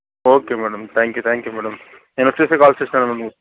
okay madam thank you thank you madam నేను వచ్చేసి call చేస్తాను మేడం